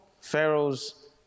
Pharaoh's